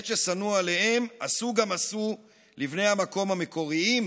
את ששנוא עליהם עשו גם עשו לבני המקום המקוריים,